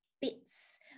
bits